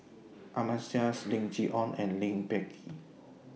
Ahmad Jais Lim Chee Onn and Lee Peh Gee